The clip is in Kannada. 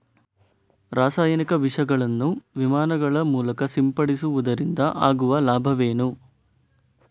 ರಾಸಾಯನಿಕ ವಿಷಗಳನ್ನು ವಿಮಾನಗಳ ಮೂಲಕ ಸಿಂಪಡಿಸುವುದರಿಂದ ಆಗುವ ಲಾಭವೇನು?